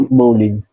bowling